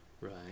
Right